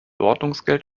ordnungsgeld